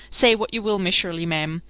say what you will, miss shirley, ma'am.